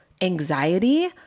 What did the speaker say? anxiety